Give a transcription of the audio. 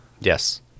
Yes